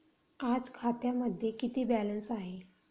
आज खात्यामध्ये किती बॅलन्स आहे?